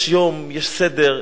יש יום, יש סדר.